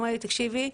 הוא אמר לי, תקשיבי,